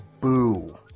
Boo